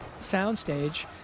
soundstage